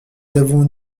avons